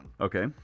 Okay